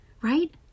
right